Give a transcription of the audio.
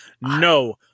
No